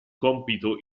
compito